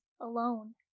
alone